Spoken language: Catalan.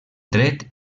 dret